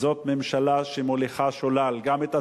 ממשלה שמוליכה שולל גם את עצמה,